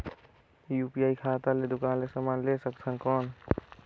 UPI खाता ले दुकान ले समान ले सकथन कौन?